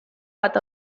bat